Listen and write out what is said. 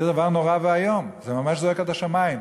זה דבר נורא ואיום, זה ממש זועק עד השמים.